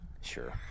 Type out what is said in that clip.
Sure